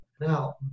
now